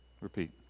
Repeat